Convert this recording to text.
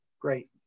Great